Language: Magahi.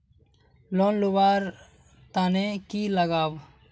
लोन लुवा र तने की लगाव?